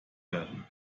werden